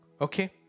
okay